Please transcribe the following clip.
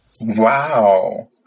Wow